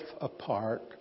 apart